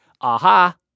aha